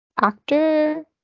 Actor